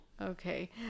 Okay